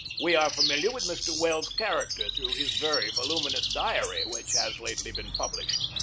we are familiar with mr. welles's character through his very voluminous diary, which has lately been published.